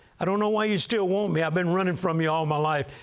i don't know why you still want me. i've been running from you all my life,